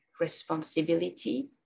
responsibility